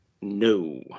No